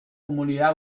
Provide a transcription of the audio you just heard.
comunidad